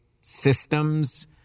systems